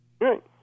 Right